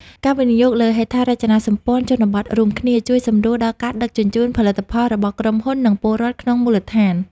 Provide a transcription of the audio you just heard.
ការវិនិយោគលើហេដ្ឋារចនាសម្ព័ន្ធជនបទរួមគ្នា ជួយសម្រួលដល់ការដឹកជញ្ជូនផលិតផលរបស់ក្រុមហ៊ុន និងពលរដ្ឋក្នុងមូលដ្ឋាន។